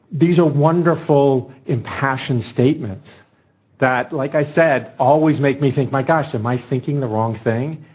these are wonderful, impassioned statements that, like i said, always make me think, my gosh, am i thinking the wrong thing?